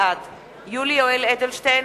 בעד יולי יואל אדלשטיין,